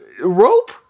Rope